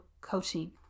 coaching